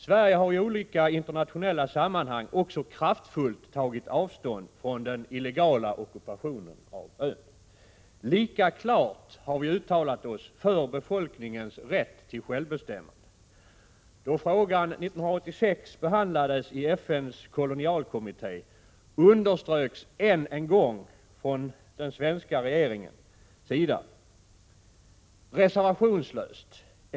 Sverige har i olika internationella sammanhang också kraftfullt tagit avstånd från den illegala ockupationen av ön. Lika klart har vi uttalat oss för befolkningens rätt till självbestämmande. Då frågan 1986 behandlades i FN:s kolonialkommitté gavs än en gång från den svenska regeringens sida ett reservationslöst starkt stöd för den Prot.